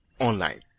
online